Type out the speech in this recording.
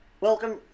Welcome